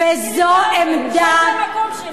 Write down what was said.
וזו עמדה, לכי למקום שלך.